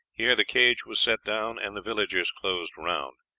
here the cage was set down and the villagers closed round.